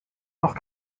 noch